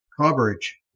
coverage